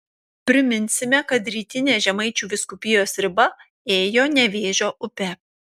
priminsime kad rytinė žemaičių vyskupijos riba ėjo nevėžio upe